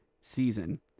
season